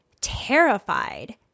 terrified